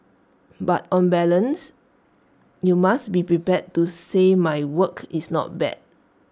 but on balance you must be prepared to say my work is not bad